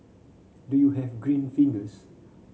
do you have green fingers